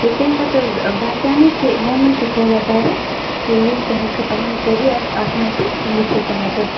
تہٕ تَمہِ پَتہٕ حظ باسیٚو مےٚ کہِ مےٚ مَنٛز چھُ تھوڑا ٹیلَنٛٹ کہِ یُس بہٕ ہیٚکہٕ پَنُن کٔرِیَر اَتھ منٛز تہِ وُچھِتھ مطلب